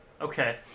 Okay